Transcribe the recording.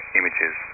images